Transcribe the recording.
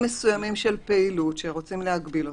מסוימים של פעילות שרוצים להגביל אותם.